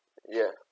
ya